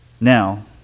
Now